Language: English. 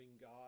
God